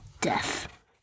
Death